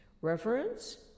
reference